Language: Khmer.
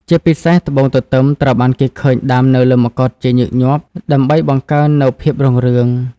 ជាពិសេស ត្បូងទទឹមត្រូវបានគេឃើញដាំនៅលើមកុដជាញឹកញាប់ដើម្បីបង្កើននូវភាពរុងរឿង។